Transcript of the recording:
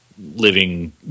living